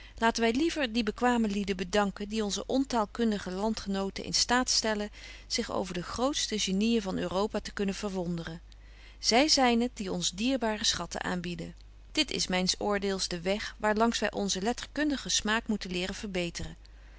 laten wy liever die bekwame lieden bedanken die onze ontaalkundige landgenoten in staat stellen zich over de grootste geniën van europa te kunnen verwonderen zy zyn het die ons dierbare schatten aanbieden dit is myns oordeels betje wolff en aagje deken historie van mejuffrouw sara burgerhart de weg waar langs wy onzen letterkundigen smaak moeten leren verbeteren